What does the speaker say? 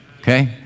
okay